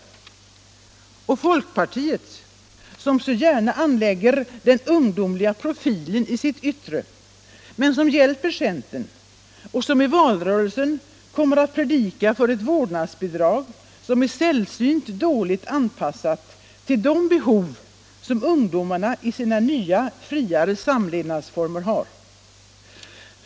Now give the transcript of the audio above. Och vi har folkpartiet som så gärna anlägger den ungdomliga profilen i sitt yttre men som hjälper centern och som i valrörelsen kommer att predika om ett vårdnadsbidrag som är sällsynt dåligt anpassat till de behov som ungdomarna ,i sina nya friare samlevnadsformer har.